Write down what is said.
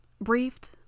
briefed